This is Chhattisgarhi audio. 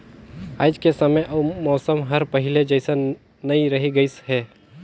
आयज के समे अउ मउसम हर पहिले जइसन नइ रही गइस हे